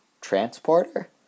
transporter